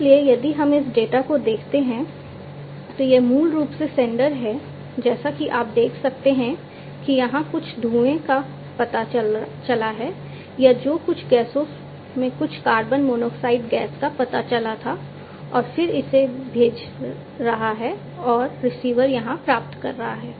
इसलिए यदि हम इस डेटा को देखते हैं तो यह मूल रूप से सेंडर यहां प्राप्त कर रहा है